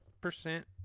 percent